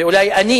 ואולי אני,